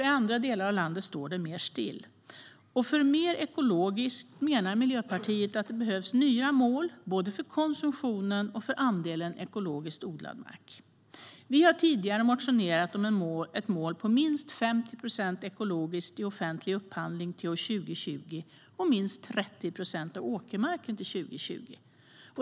I andra delar av landet står det still. För mer ekologiskt menar Miljöpartiet att det behövs nya mål, både för konsumtionen och för andelen ekologiskt odlad mark. Vi har tidigare motionerat om ett mål på minst 50 procent ekologiskt i offentlig upphandling till år 2020 och minst 30 procent av åkermarken till 2020.